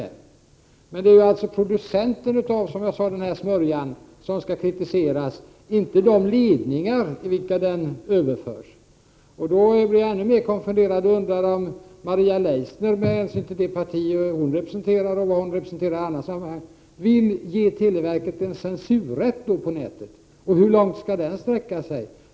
Som jag sade tidigare är det producenten av den här smörjan som skall kritiseras, inte de som ansvarar för de ledningar genom vilka den överförs. Jag blir nu ännu mer konfunderad och undrar om Maria Leissner och det parti hon representerar och vad hon kan representera i andra sammanhang vill ge televerket en censurrätt. Hur långt skulle den i så fall sträcka sig?